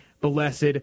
blessed